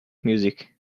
music